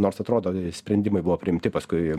nors atrodo sprendimai buvo priimti paskui